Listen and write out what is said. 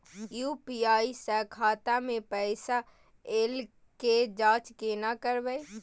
UPI स खाता मे पैसा ऐल के जाँच केने करबै?